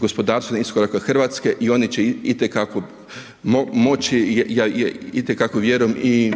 gospodarstvenih iskoraka Hrvatske i oni će i te kao moći, ja i te kako vjerujem i